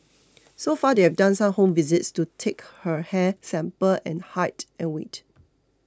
so far they've done some home visits to take her hair sample and height and weight